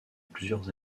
plusieurs